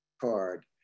card